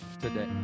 today